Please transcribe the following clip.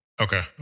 Okay